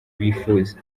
bifuza